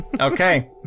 Okay